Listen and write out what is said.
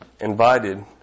invited